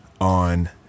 on